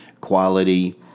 quality